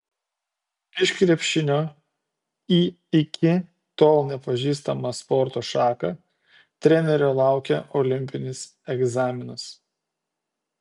iš krepšinio į iki tol nepažįstamą sporto šaką trenerio laukia olimpinis egzaminas